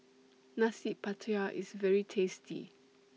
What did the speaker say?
Nasi Pattaya IS very tasty